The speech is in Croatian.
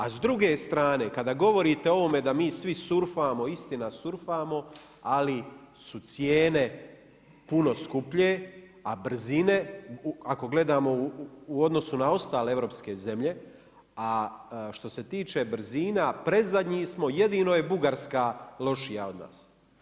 A s druge strane kada govorite o ovome da mi svi surfamo, istina surfamo ali su cijene puno skuplje a brzine, ako gledamo u odnosu na ostale europske zemlje a što se tiče brzina predzadnji smo, jedino je Bugarska lošija od nas.